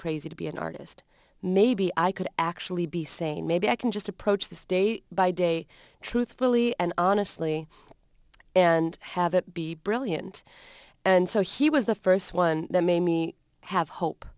crazy to be an artist maybe i could actually be saying maybe i can just approach this day by day truthfully and honestly and have it be brilliant and so he was the first one that made me have hope